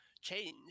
change